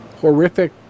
horrific